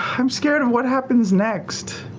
i'm scared of what happens next.